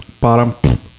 Bottom